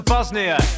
Bosnia